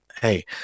hey